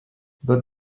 but